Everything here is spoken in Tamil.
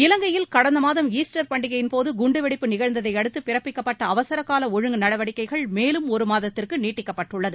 இலங்கையில் கடந்த மாதம் ஈஸ்டர் பண்டிகையின் போது குண்டுவெடிப்பு நிகழ்ந்ததையடுத்து பிறப்பிக்கப்பட்ட அவசரகால ஒழுங்கு நடவடிக்கைகள் மேலும் ஒரு மாதத்திற்கு நீட்டிக்கப்பட்டுள்ளது